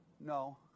no